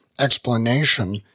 explanation